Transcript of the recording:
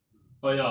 mm